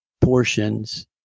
portions